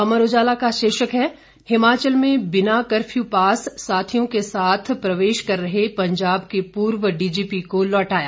अमर उजाला का शीर्षक है हिमाचल में बिना कर्फ्यू पास साथियों के साथ प्रवेश कर रहे पंजाब के पूर्व डीजीपी को लौटाया